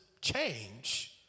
change